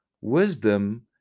Wisdom